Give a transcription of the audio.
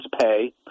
pay